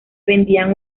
vendían